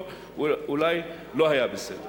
אולי לא היה בסדר.